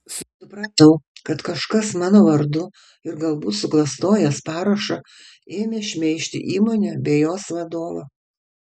supratau kad kažkas mano vardu ir galbūt suklastojęs parašą ėmė šmeižti įmonę bei jos vadovą